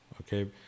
Okay